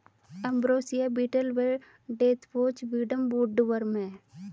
ambrosia beetle व deathwatch beetle woodworm हैं